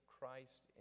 Christ